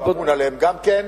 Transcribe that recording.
הוא אמון עליהם גם כן.